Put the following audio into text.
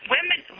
Women